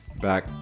Back